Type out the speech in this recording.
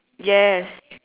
yes